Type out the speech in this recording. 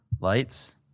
Lights